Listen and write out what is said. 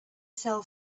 sell